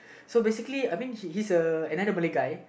so basically I mean she he's uh another Malay guy